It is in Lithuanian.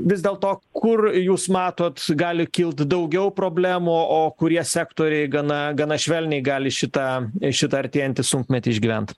vis dėl to kur jūs matot gali kilt daugiau problemų o kurie sektoriai gana gana švelniai gali šitą šitą artėjantį sunkmetį išgyvent